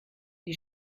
die